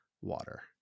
water